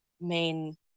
main